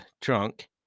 trunk